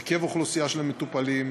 לפי הרכב אוכלוסיית המטופלים,